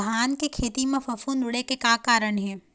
धान के खेती म फफूंद उड़े के का कारण हे?